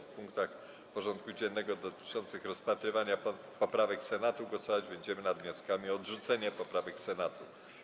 W punktach porządku dziennego dotyczących rozpatrywania poprawek Senatu głosować będziemy nad wnioskami o odrzucenie poprawek Senatu.